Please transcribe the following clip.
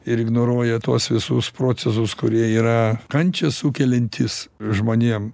ir ignoruoja tuos visus procesus kurie yra kančią sukeliantys žmonėm